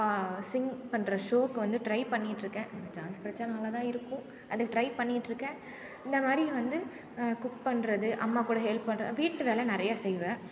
நான் சிங் பண்ணுகிற ஷோவ்க்கு வந்து ட்ரை பண்ணிகிட்ருக்கேன் சான்ஸ் கிடச்சா நல்லாதான் இருக்கும் அது ட்ரை பண்ணிகிட்ருக்கேன் இந்தமாதிரி வந்து குக் பண்ணுகிறது அம்மாக்கூட ஹெல்ப் பண்ணுகிறது வீட்டு வேலை நிறைய செய்வேன்